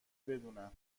بدونن